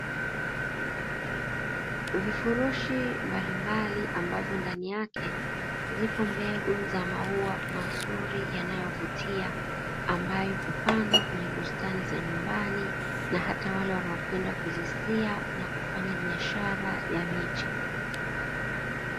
Vifurushi mbalimbali ambavyo ndani yake zipo mbegu za maua mazuri yanayo vutia ambayo hupandwa kwenye bustani za nyumbaini na hata wale wanaokwenda kuzisia na kufanya biashara ya miche.